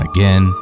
Again